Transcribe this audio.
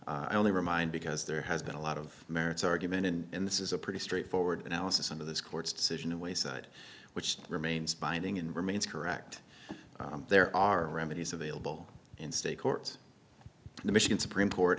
i only remind because there has been a lot of merits argument and this is a pretty straightforward analysis of this court's decision away side which remains binding and remains correct there are remedies available in state courts and the michigan supreme court